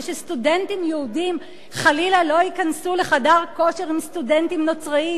שסטודנטים יהודים חלילה לא ייכנסו לחדר כושר עם סטודנטים נוצרים,